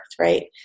right